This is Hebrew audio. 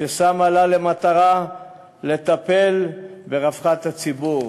ששמה לה למטרה לטפל ברווחת הציבור.